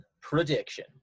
prediction